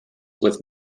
with